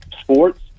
sports